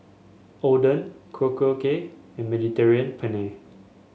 Oden Korokke and Mediterranean Penne